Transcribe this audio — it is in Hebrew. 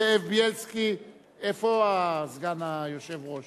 סגן ראש